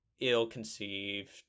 ill-conceived